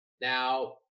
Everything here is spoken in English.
Now